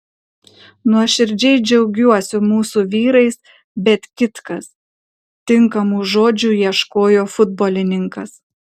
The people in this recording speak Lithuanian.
nuoširdžiai džiaugiuosi mūsų vyrais bet kitkas tinkamų žodžių ieškojo futbolininkas